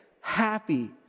Happy